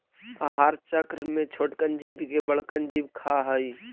आहार चक्र में छोटकन जीव के बड़कन जीव खा हई